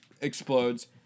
explodes